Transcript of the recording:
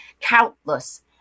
countless